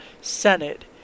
Senate